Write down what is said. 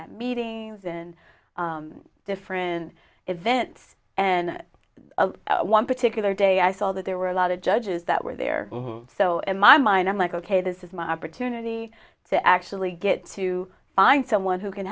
have meetings in different events and one particular day i saw that there were a lot of judges that were there so in my mind i'm like ok this is my opportunity to actually get to find someone who can